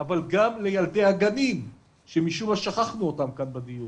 אבל גם לילדי הגנים שמשום מה שכחנו אותם כאן בדיון.